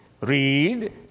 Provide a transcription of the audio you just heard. read